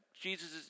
Jesus